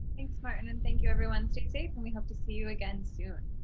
thanks, martin and thank you everyone. stay safe, and we hope to see you again soon.